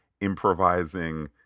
improvising